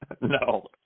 No